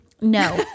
No